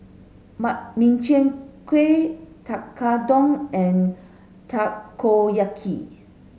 Makchang Gui Tekkadon and Takoyaki